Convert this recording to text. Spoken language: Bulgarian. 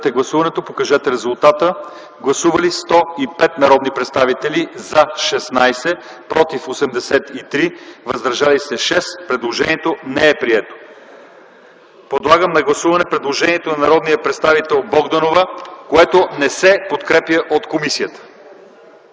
което не се подкрепя от комисията. Гласували 105 народни представители: за 16, против 83, въздържали се 6. Предложението не е прието. Моля, гласувайте предложението на народния представител Богданова, което не се подкрепя от комисията.